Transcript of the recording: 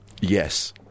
Yes